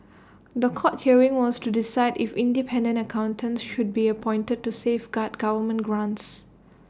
The Court hearing was to decide if independent accountants should be appointed to safeguard government grants